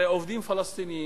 הרי עובדים פלסטינים,